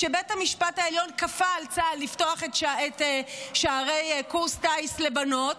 בית המשפט העליון כפה על צה"ל לפתוח את שערי קורס טיס לבנות.